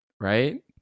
right